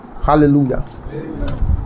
hallelujah